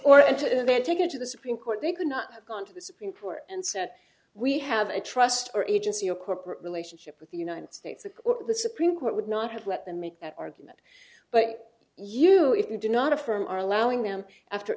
to then take it to the supreme court they could not have gone to the supreme court and said we have a trust or agency or corporate relationship with the united states or the supreme court would not have let them make that argument but you if you do not affirm are allowing them after